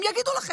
הם יגידו לכם,